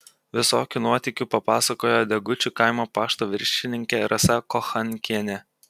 visokių nuotykių papasakojo degučių kaimo pašto viršininkė rasa kochankienė